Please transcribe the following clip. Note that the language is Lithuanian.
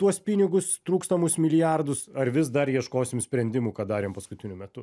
tuos pinigus trūkstamus milijardus ar vis dar ieškosim sprendimų ką darėm paskutiniu metu